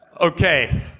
Okay